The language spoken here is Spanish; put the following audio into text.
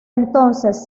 entonces